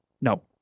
No